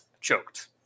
Choked